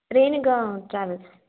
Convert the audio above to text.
Renuka travels